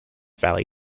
valley